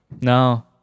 No